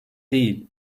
değil